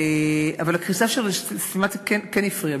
אבל הקריסה של "סטימצקי" כן הפריעה,